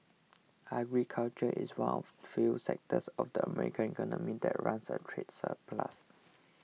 agriculture is one of the few sectors of the American economy that runs a trade surplus